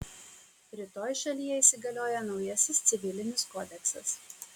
rytoj šalyje įsigalioja naujasis civilinis kodeksas